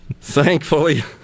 Thankfully